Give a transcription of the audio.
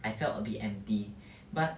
I felt a bit empty but